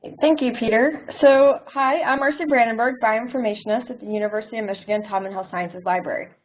thank you, peter. so hi, i'm marcy brandenburg, bioinformationist at the university of michigan taubman health sciences library.